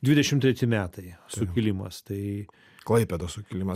dvidešimt treti metai sukilimas tai klaipėdos sukilimas